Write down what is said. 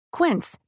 Quince